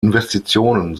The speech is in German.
investitionen